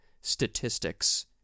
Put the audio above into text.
statistics